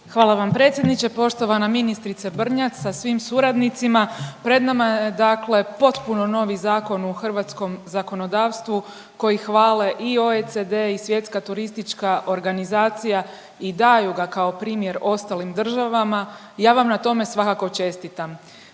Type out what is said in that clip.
Hvala vam predsjedniče, poštovana ministrice Brnjac sa svim suradnicima. Pred nama je dakle potpuno novi zakon u hrvatskom zakonodavstvu koji hvale i OECD i Svjetska turistička organizacija i daju ga kao primjer ostalim državama i ja vam na tome svakako čestitam.